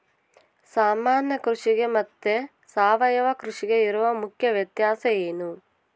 ಸಾಮಾನ್ಯ ಕೃಷಿಗೆ ಮತ್ತೆ ಸಾವಯವ ಕೃಷಿಗೆ ಇರುವ ಮುಖ್ಯ ವ್ಯತ್ಯಾಸ ಏನು?